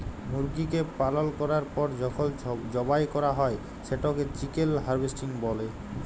মুরগিকে পালল ক্যরার পর যখল জবাই ক্যরা হ্যয় সেটকে চিকেল হার্ভেস্টিং ব্যলে